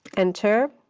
enter.